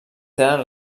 tenen